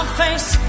face